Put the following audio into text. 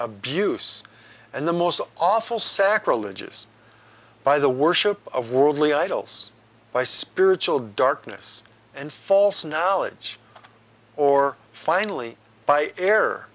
abuse and the most awful sacrilege is by the worship of worldly idols by spiritual darkness and false analogy or finally by